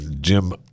Jim